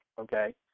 okay